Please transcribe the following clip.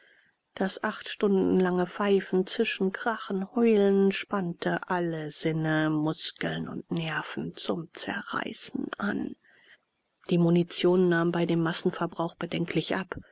das acht stunden lange pfeifen zischen krachen heulen spannte alle sinne muskeln und nerven zum zerspringen an die munition nahm bei dem massenverbrauch bedenklich ab